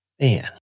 Man